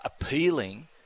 appealing